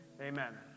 amen